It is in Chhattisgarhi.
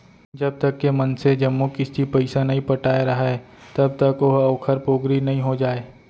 जब तक के मनसे जम्मो किस्ती पइसा नइ पटाय राहय तब तक ओहा ओखर पोगरी नइ हो जाय